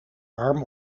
arm